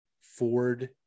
Ford